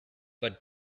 but